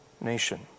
nation